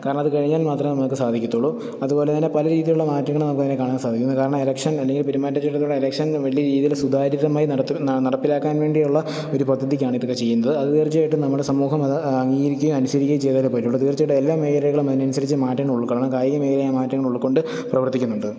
കാരണം അതുകഴിഞ്ഞാൽ മാത്രമെ നമുക്ക് സാധിക്കത്തുള്ളു അതുപോലെതന്നെ പല രീതിയിലുള്ള മാറ്റങ്ങള് നമുക്കതിന് കാണാൻ സാധിക്കുന്നു കാരണം ഇലക്ഷൻ അല്ലെങ്കിൽ പെരുമാറ്റച്ചട്ടങ്ങള് ഇലക്ഷൻ വലിയ രീതിയിൽ സുതാര്യമായി നടത്താൻ നടപ്പിലാക്കാൻ വേണ്ടിയുള്ള ഒരു പദ്ധതിക്കാണ് ഇതൊക്കെ ചെയ്യുന്നത് അത് തീർച്ചയായിട്ടും നമ്മുടെ സമൂഹമത് അംഗീകരിക്കുകയും അനുസരിക്കുകയും ചെയ്താലെ പറ്റുകയുള്ളു തീർച്ചയായിട്ടും എല്ലാ മേഖലകളിലും അതനുസരിച്ച് മാറ്റങ്ങളുള്ളു കാരണം കായിക മേഖല ആ മാറ്റങ്ങൾ ഉൾക്കൊണ്ട് പ്രവർത്തിക്കുന്നുണ്ട്